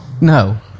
no